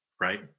Right